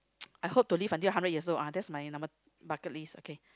I hope to live until hundred years old ah that's my number bucket list okay